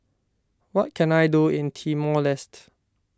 what can I do in Timor Leste